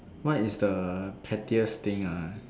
what is the pettiest thing ah